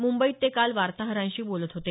मुंबईत ते काल वार्ताहरांशी बोलत होते